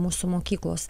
mūsų mokyklos